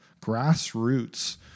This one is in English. grassroots